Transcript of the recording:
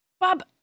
Bob